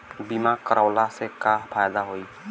बीमा करवला से का फायदा होयी?